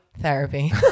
therapy